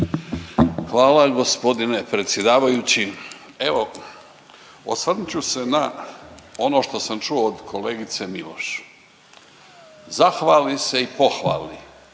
vam gospodine predsjedavajući. Evo, osvrnut ću se na ono što sam čuo od kolegice Miloš. Zahvali se i pohvali